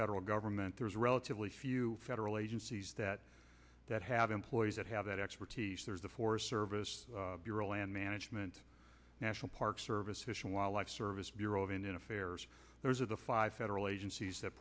federal government there is relatively few federal agencies that that have employees that have that expertise for service bureau land management national park service fish and wildlife service bureau of indian affairs those are the five federal agencies that